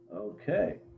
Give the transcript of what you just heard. Okay